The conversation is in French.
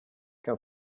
qu’un